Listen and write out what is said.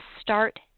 start